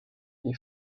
est